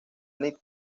ned